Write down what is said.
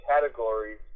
categories